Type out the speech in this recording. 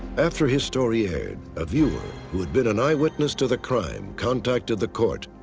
after his story aired, a viewer who had been an eyewitness to the crime contacted the court.